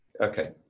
Okay